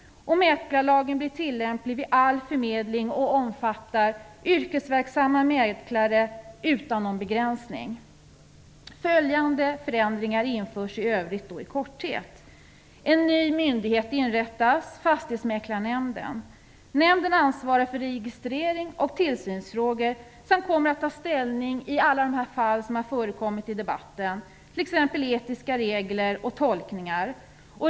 Mäklarlagen blir tillämplig vid all förmedling och omfattar yrkesverksamma mäklare utan någon begränsning. Följande förändringar införs i övrigt. En ny myndighet inrättas, Fastighetsmäklarnämnden. Nämnden ansvarar för registrerings och tillsynsfrågor samt kommer att få ta ställning i alla de fall som förekommit i debatten, t.ex. etiska regler och tolkningar.